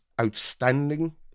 outstanding